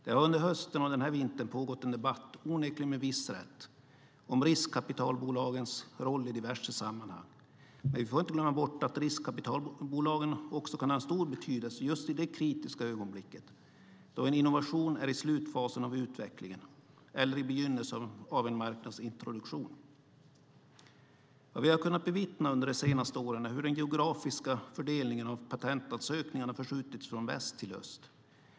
Det har under hösten och vintern pågått en debatt, onekligen med viss rätt, om riskkapitalbolagens roll i diverse sammanhang, men vi får inte glömma bort att riskkapitalbolagen också kan ha en stor betydelse just i det kritiska ögonblick då en innovation är i slutfasen av utvecklingen eller i begynnelsen av en marknadsintroduktion. Vad vi har kunnat bevittna under de senaste åren är hur den geografiska fördelningen av patentansökningarna har förskjutits från väst till öst.